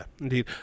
indeed